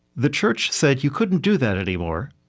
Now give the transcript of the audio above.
the church said you couldn't do that anymore,